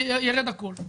יירד הכול.